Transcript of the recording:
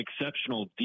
exceptional